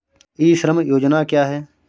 ई श्रम योजना क्या है?